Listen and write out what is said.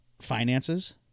finances